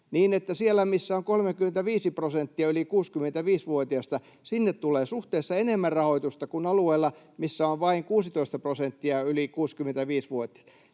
niin että sinne, missä on 35 prosenttia yli 65-vuotiaita, tulee suhteessa enemmän rahoitusta kuin alueelle, missä on vain 16 prosenttia yli 65-vuotiaita.